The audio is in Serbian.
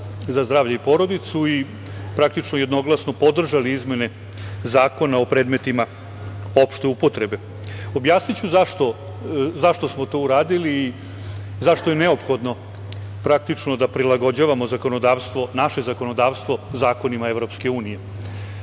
za zdravlje i porodicu i praktično jednoglasno podržali izmene Zakona o predmetima opšte upotrebe. Objasniću zašto smo to uradili i zašto je neophodno praktično da prilagođavamo naše zakonodavstvo zakonima EU. Pre